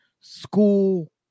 school –